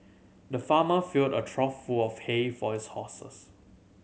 the farmer filled a trough full of hay for his horses